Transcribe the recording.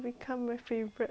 faster swim now